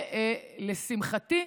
ולשמחתי,